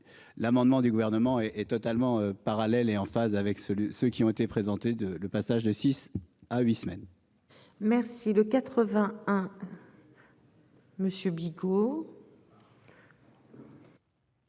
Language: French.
l'amendement du gouvernement et est totalement parallèle et en phase avec ce ceux qui ont été présentés de le passage de 6 à 8 semaines. Merci le 80 hein.